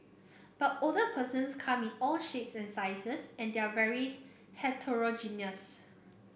but older persons come in all shapes and sizes and they're very heterogeneous